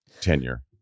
tenure